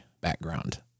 background